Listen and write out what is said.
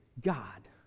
God